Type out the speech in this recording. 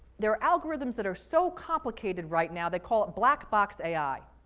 there are algorithms that are so complicated right now, they call it black box ai.